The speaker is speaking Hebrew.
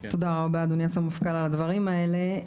תודה רבה אדוני הסמפכ"ל על הדברים האלה.